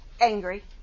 angry